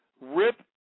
rip